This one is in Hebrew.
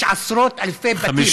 יש עשרות-אלפי בתים.